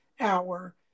hour